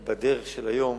כי בדרך של היום,